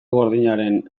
gordinaren